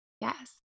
Yes